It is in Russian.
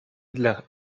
для